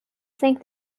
think